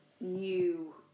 new